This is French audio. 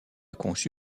conçu